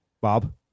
Bob